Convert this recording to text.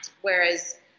Whereas